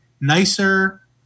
nicer